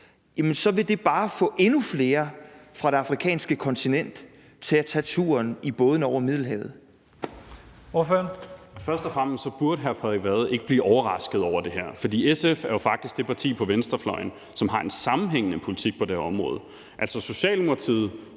(Leif Lahn Jensen): Ordføreren. Kl. 10:43 Carl Valentin (SF): Først og fremmest burde hr. Frederik Vad ikke blive overrasket over det her, for SF er jo faktisk det parti på venstrefløjen, som har en sammenhængende politik på det her område. Altså, Socialdemokratiet